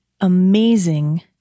amazing